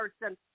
person